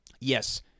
Yes